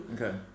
Okay